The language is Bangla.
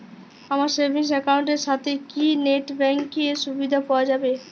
আমার সেভিংস একাউন্ট এর সাথে কি নেটব্যাঙ্কিং এর সুবিধা পাওয়া যাবে?